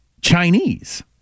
Chinese